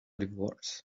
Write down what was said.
divorce